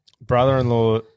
brother-in-law